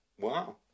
Wow